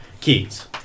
keys